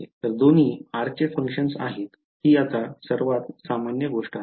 तर दोन्ही r चे फंक्शन्स आहेत ही आता सर्वात सामान्य गोष्ट आहे